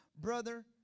brother